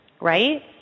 right